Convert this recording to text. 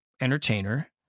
entertainer